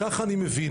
כך אני מבין.